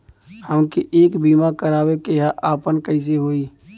हमके एक बीमा करावे के ह आपन कईसे होई?